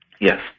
Yes